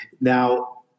now